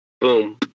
boom